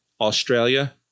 Australia